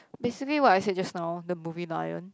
basically what I said just now the movie lion